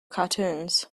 cartoons